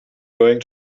going